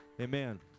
Amen